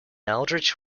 aldrich